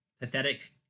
pathetic